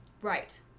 Right